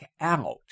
out